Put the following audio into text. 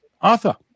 Arthur